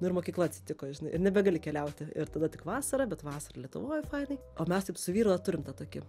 nu ir mokykla atsitiko ir nebegali keliauti ir tada tik vasarą bet vasarą lietuvoj fainai o mes taip su vyru turim tą tokį